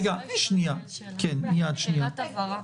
שאלת הבהרה.